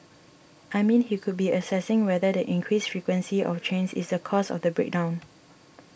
I mean he could be assessing whether the increased frequency of trains is the cause of the break down